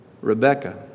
Rebecca